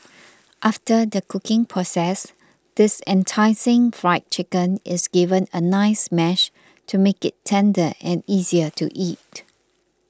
after the cooking process this enticing Fried Chicken is given a nice mash to make it tender and easier to eat